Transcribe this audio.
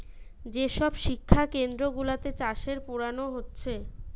যে সব শিক্ষা কেন্দ্র গুলাতে চাষের পোড়ানা হচ্ছে